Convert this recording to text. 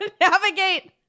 navigate